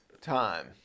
time